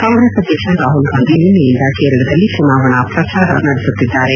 ಕಾಂಗ್ರೆಸ್ ಅಧ್ಯಕ್ಷ ರಾಹುಲ್ ಗಾಂಧಿ ನಿನ್ನೆಯಿಂದ ಕೇರಳದಲ್ಲಿ ಚುನಾವಣಾ ಪ್ರಚಾರ ನಡೆಸುತ್ತಿದ್ದಾರೆ